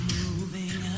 moving